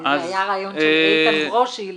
זה היה רעיון של איתן ברושי.